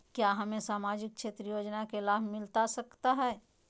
क्या हमें सामाजिक क्षेत्र योजना के लाभ मिलता सकता है?